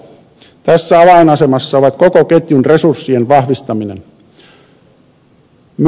tässä avainasemassa ovat koko ketjun resurssien vahvistaminen